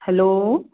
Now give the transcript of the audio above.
hello